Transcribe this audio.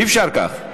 אי-אפשר כך.